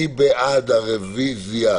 מי בעד הרוויזיה?